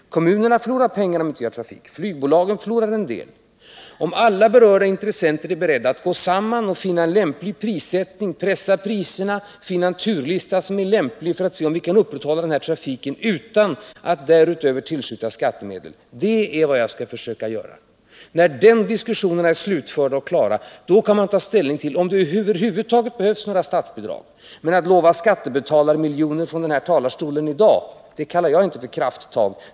Kommunerna förlorar pengar om vi inte har någon trafik. Flygbolagen förlorar också en del. Vad jag skall försöka göra är att få alla dessa intressenter att gå samman för att pressa priserna och finna en turlista som gör det möjligt att upprätthålla den här trafiken utan att man behöver tillskjuta skattemedel. När de diskussionerna är klara kan man ta ställning till om det över huvud taget behövs några statsbidrag. Men att utlova skattebetalarmiljoner från den här talarstolen i dag kallar jag inte för krafttag.